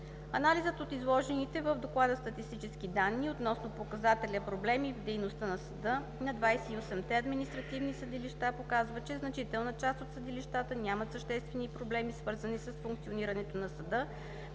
Анализът от изложените в Доклада статистически данни относно показателя „Проблеми в дейността на съда“ на 28-те административни съдилища показва, че значителна част от съдилищата нямат съществени проблеми, свързани с функционирането на съда